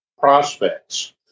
prospects